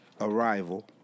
Arrival